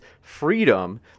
freedom